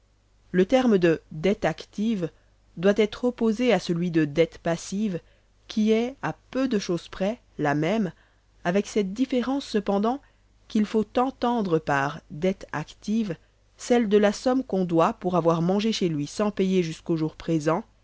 le terme de dette active doit être opposé à celui de dette passive qui est à peu de chose près la même avec cette différence cependant qu'il faut entendre par dette active celle de la somme qu'on doit pour avoir mangé chez lui sans payer jusqu'au jour présent